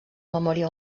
memòria